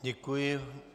Děkuji.